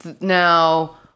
Now